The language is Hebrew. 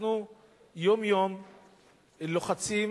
אנחנו יום-יום לוחצים